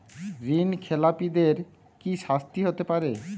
ঋণ খেলাপিদের কি শাস্তি হতে পারে?